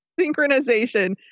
synchronization